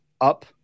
up